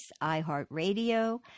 iHeartRadio